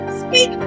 speak